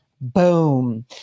boom